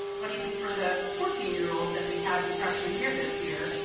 but even for the fourteen year old that we had in freshman year this year,